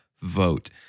vote